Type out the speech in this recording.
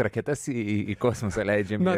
raketas į į kosmosą leidžiam